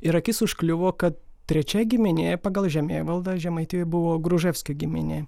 ir akis užkliuvo kad trečia giminė pagal žemėvaldą žemaitijoj buvo gruževskio giminė